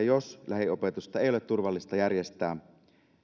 jos lähiopetusta ei ole turvallista järjestää